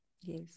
Yes